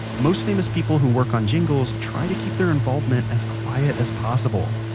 most famous people who worked on jingles try to keep their involvement as quiet as possible,